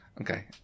Okay